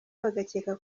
bagakeka